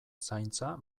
zaintza